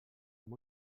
amb